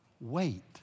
wait